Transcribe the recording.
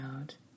out